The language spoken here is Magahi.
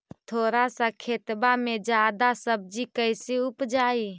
थोड़ा सा खेतबा में जादा सब्ज़ी कैसे उपजाई?